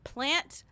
Plant